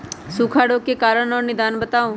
सूखा रोग के कारण और निदान बताऊ?